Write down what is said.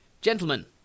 gentlemen